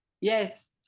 yes